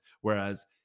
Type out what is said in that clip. whereas